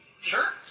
Sure